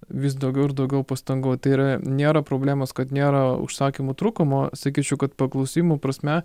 vis daugiau ir daugiau pastangų tai yra nėra problemos kad nėra užsakymų trūkumo sakyčiau kad paklausimų prasme